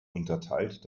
unterteilt